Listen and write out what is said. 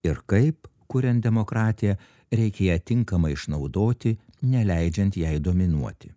ir kaip kuriant demokratiją reikia ją tinkamai išnaudoti neleidžiant jai dominuoti